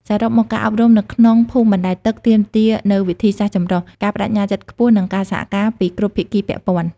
សរុបមក ការអប់រំនៅក្នុងភូមិបណ្តែតទឹកទាមទារនូវវិធីសាស្រ្តចម្រុះ ការប្តេជ្ញាចិត្តខ្ពស់ និងការសហការពីគ្រប់ភាគីពាក់ព័ន្ធ។